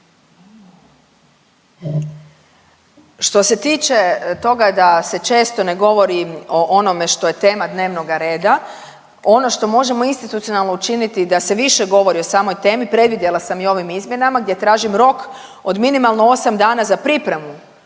Što se tiče toga da se često ne govori o onome što je tema dnevnoga reda, ono što možemo institucionalno učiniti da se više govori o samoj temi, predvidjela sam i ovim izmjenama gdje tražim rok od minimalno 8 dana za pripremu